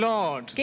Lord